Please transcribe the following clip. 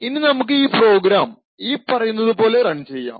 ഇനി നമുക്ക് ഈ പ്രോഗ്രാം ഈ പറയുന്നത് പോലെ റൺ ചെയ്യാം